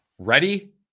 Ready